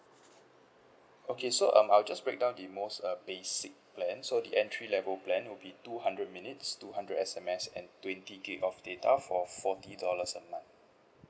okay so um I'll just break down the most uh basic plan so the entry level plan will be two hundred minutes two hundred S_M_S and twenty gig of data for forty dollars a month